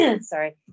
sorry